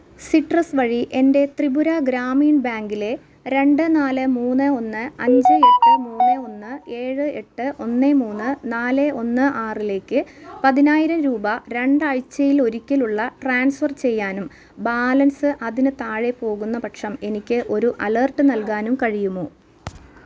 citrus വഴി എൻ്റെ ത്രിപുര ഗ്രാമീൺ ബാങ്കിലെ രണ്ട് നാല് മൂന്ന് ഒന്ന് അഞ്ച് എട്ട് മൂന്ന് ഒന്ന് ഏഴ് എട്ട് ഒന്ന് മൂന്ന് നാല് ഒന്ന് ആറിലേക്ക് പതിനായിരംൽ ഒരിക്കലുള്ള ട്രാൻസ്ഫർ ചെയ്യാനും ബാലൻസ് അതിന് താഴെ പോകുന്ന പക്ഷം എനിക്ക് ഒരു അലേർട്ട് നൽകാനും കഴിയുമോ